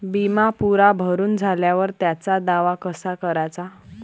बिमा पुरा भरून झाल्यावर त्याचा दावा कसा कराचा?